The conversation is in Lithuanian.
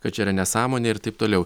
kad čia yra nesąmonė ir taip toliau